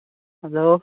hello